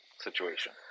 situation